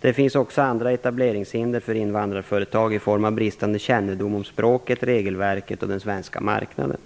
Det finns också andra etableringshinder för invandrarföretag i form av bristande kännedom om språket, regelverket och den svenska marknaden.